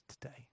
today